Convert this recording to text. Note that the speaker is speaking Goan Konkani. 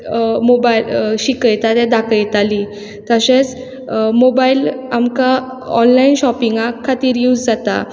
मोबायल शिकयता तें दाखयताली तशेंच मोबायल आमकां ऑनलायन शॉपिंगाक खातीर यूज जाता